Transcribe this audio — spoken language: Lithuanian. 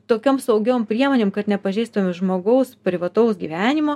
tokiom saugiom priemonėm kad nepažeistumėm žmogaus privataus gyvenimo